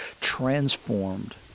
transformed